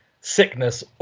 sickness